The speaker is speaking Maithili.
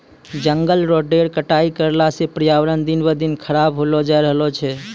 जंगल रो ढेर कटाई करला सॅ पर्यावरण दिन ब दिन खराब होलो जाय रहलो छै